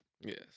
Yes